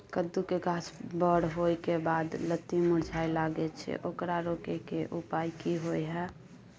कद्दू के गाछ बर होय के बाद लत्ती मुरझाय लागे छै ओकरा रोके के उपाय कि होय है?